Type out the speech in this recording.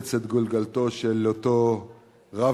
רוצץ את גולגולתו של אותו רב-מרצחים,